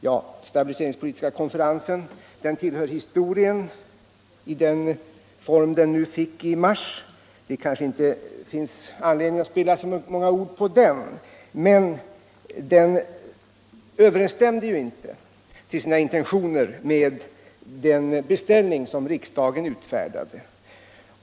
Den stabiliseringspolitiska konferensen tillhör historien i den form den fick i mars. Det finns inte anledning att spilla så många ord på den. Men den överensstämde inte till sina intentioner med den beställning som riksdagen utfärdade.